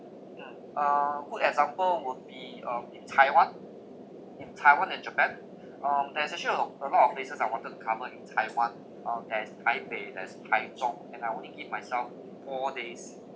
mm uh good example would be um in taiwan in taiwan and japan um there's actually a lot a lot of places I wanted to cover in taiwan uh then taipei there is taichung and I only give myself four days